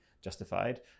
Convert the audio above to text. justified